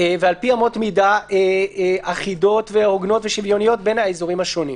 ולפי אמות מידה אחידות והוגנות ושוויוניות בין האזורים השונים.